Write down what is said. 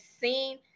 seen